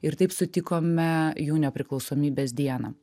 ir taip sutikome jų nepriklausomybės dieną